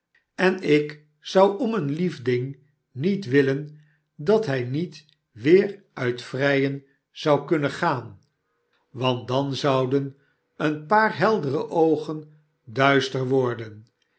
en ik zou om een lief ding met willen dat hij niet weer uit vrijen zou kunnen gaan want dan zouden een paar heldere oogen duister worden